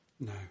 No